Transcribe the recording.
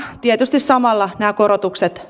tietysti samalla nämä korotukset